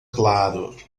claro